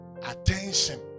Attention